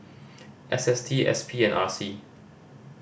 S S T S P and R C